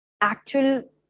actual